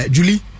Julie